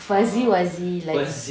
fuzzy wuzzy like